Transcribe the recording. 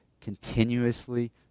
continuously